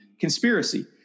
conspiracy